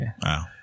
Wow